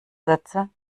sätze